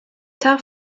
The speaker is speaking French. tard